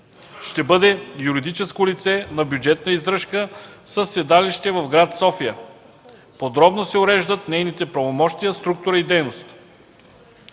ще бъде юридическо лице на бюджетна издръжка със седалище в град София. Подробно се уреждат нейните правомощия, структура и дейност.